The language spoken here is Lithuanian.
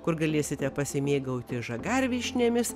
kur galėsite pasimėgauti žagarvyšnėmis